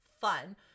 fun